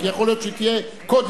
כי יכול להיות שהיא תהיה קודם,